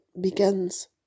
begins